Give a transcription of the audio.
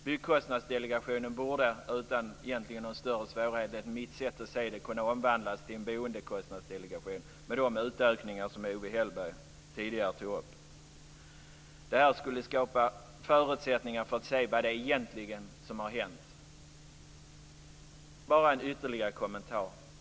Byggkostnadsdelegationen borde utan någon egentlig större svårighet, enligt mitt sätt att se det, kunna omvandlas till en boendekostnadsdelegation med de utökningar som Owe Hellberg tidigare tog upp. Detta skulle skapa förutsättningar för att man skulle kunna se vad det är som egentligen har hänt. Jag har bara ytterligare en kommentar.